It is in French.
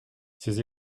ces